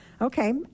Okay